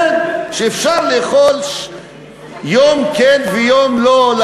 כן, שאפשר לאכול ביצים, יום כן ויום לא.